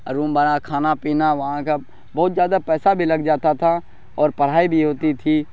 اور روم بنا کھانا پینا وہاں کا بہت زیادہ پیسہ بھی لگ جاتا تھا اور پڑھائی بھی ہوتی تھی